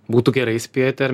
būtų gerai spėti ar